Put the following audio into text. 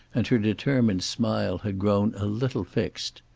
and her determined smile had grown a little fixed.